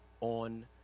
on